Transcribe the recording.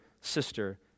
sister